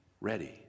ready